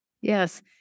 Yes